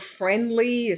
friendly